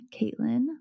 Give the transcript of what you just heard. Caitlin